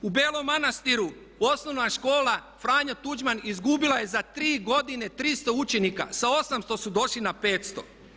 U Belom Manastiru osnovna škola Franjo Tuđman izgubila je za 3 godine 300 učenika, sa 800 su došli na 500.